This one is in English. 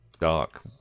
dark